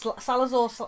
Salazar